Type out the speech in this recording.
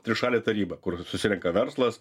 trišalė taryba kur susirenka verslas